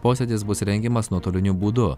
posėdis bus rengiamas nuotoliniu būdu